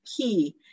key